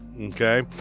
okay